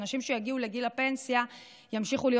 אנשים שיגיעו לגיל הפנסיה ימשיכו להיות